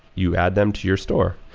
you add them to your store.